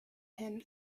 him